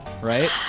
right